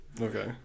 Okay